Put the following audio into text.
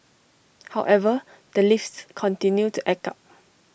however the lifts continue to act up